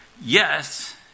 yes